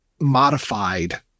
modified